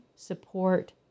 support